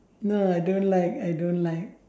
no I don't like I don't like